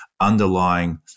underlying